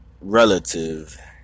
relative